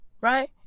Right